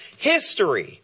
History